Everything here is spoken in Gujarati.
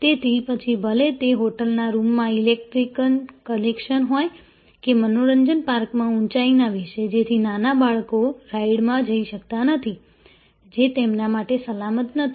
તેથી પછી ભલે તે હોટલના રૂમમાં ઇલેક્ટ્રિકલ કનેક્શન હોય કે મનોરંજન પાર્કમાં ઊંચાઈના વિશે જેથી નાના બાળકો રાઈડમાં જઈ શકતા નથી જે તેમના માટે સલામત નથી